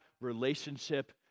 relationship